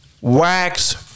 wax